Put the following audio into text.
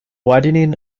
widening